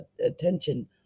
attention